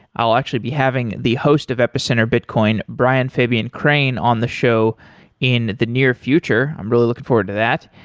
i'll actually be having the host of epicenter bitcoin brian fabian crane on the show in the near future. i'm really looking forward to that.